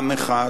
עם אחד,